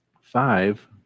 Five